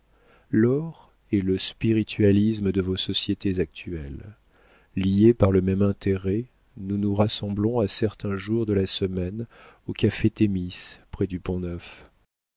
l'or est le spiritualisme de vos sociétés actuelles liés par le même intérêt nous nous rassemblons à certains jours de la semaine au café thémis près du